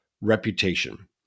reputation